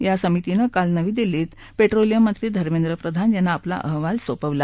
या समितीनं काल नवी दिल्लीत प्र्यालियम मंत्री धर्मेंद्र प्रधान यांना आपला अहवाल सोपवला